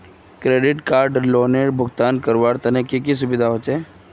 Credit card लोनेर भुगतान करवार तने की की सुविधा होचे??